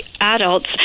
adults